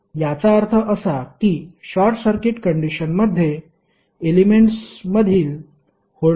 तर याचा अर्थ असा की शॉर्ट सर्किट कंडिशनमध्ये एलेमेंट्समधील व्होल्टेज शून्य असेल